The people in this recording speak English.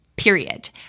period